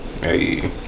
Hey